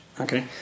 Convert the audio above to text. okay